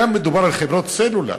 כאן מדובר על חברות סלולר.